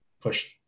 push